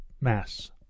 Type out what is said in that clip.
mass